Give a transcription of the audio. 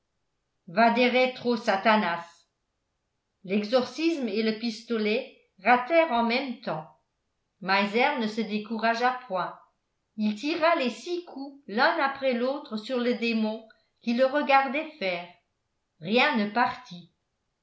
vade rétro satanas l'exorcisme et le pistolet ratèrent en même temps meiser ne se découragea point il tira les six coups l'un après l'autre sur le démon qui le regardait faire rien ne partit